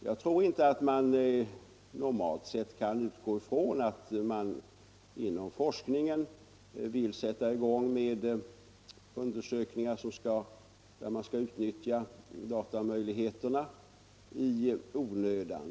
Jag tror inte att vi normalt sett kan utgå ifrån att man inom forskningen vill sätta i gång med undersökningar där man utnyttjar datamöjligheterna i onödan.